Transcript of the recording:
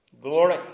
Glory